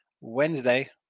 Wednesday